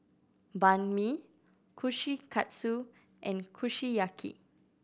Banh Mi Kushikatsu and Kushiyaki